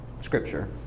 Scripture